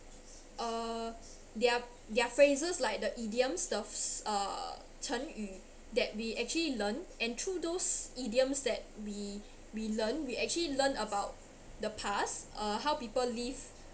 uh they're they're phrases like the idioms the s~ uh 成语 that we actually learn and through those idioms that we we learn we actually learn about the past uh how people live